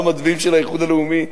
לא מצביעים של האיחוד הלאומי,